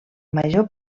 major